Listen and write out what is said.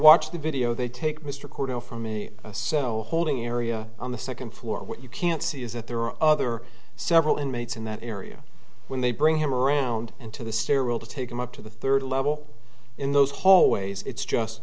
watch the video they take mr cordell from me so holding area on the second floor what you can't see is that there are other several inmates in that area when they bring him around and to the stairwell to take him up to the third level in those hallways it's just